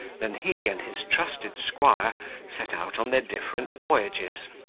than he and his trusted squire set out on their different voyages.